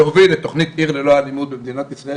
שהוביל את תוכנית "עיר ללא אלימות" במדינת ישראל,